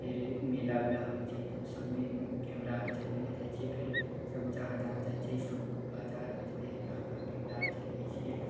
फेर मेला उला होइ छै तऽ उ सबमे कैमरा आर चलबय लए जाइ छियै फेर सब जहाँ जहाँ जाइ छै ई सब बाजा आर बजबय हइ तहाँ तहाँ कैमरा आर चलबय छियै